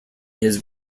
his